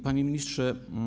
Panie Ministrze!